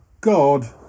God